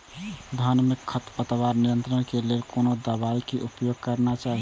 धान में खरपतवार नियंत्रण के लेल कोनो दवाई के उपयोग करना चाही?